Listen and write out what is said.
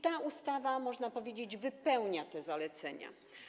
Ta ustawa, można powiedzieć, wypełnia te zalecenia.